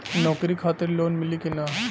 नौकरी खातिर लोन मिली की ना?